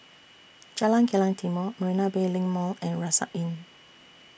Jalan Kilang Timor Marina Bay LINK Mall and Rucksack Inn